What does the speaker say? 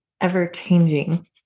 ever-changing